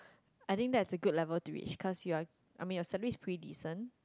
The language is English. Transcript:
I think that is the good level to reach cause you are I mean you salary is pre decent